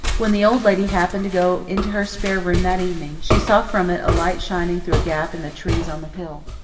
when the old lady happened to go into her spare room that evening, she saw from it a light shining through a gap in the trees on the hill.